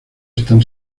están